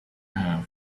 have